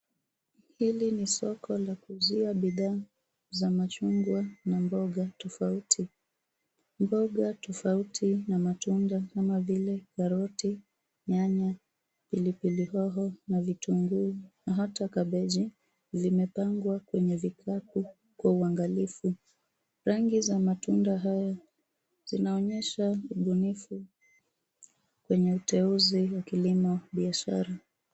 Hili ni soko la kuuzia bidhaa za machungwa na mboga tofauti. Mboga tofauti na matunda kama vile karoti, nyanya, pilipili hoho na vitunguu na hata kabeji vimepangwa kwenye vikapu kwa uangalifu. Rangi za matunda haya zinaonyesha ubunifu kwenye uteuzi wa kilimo biashara.